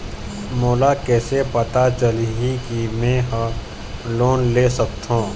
मोला कइसे पता चलही कि मैं ह लोन ले सकथों?